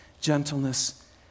gentleness